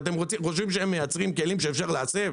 אתם חושבים שהם מייצרים כלים שאפשר להסב?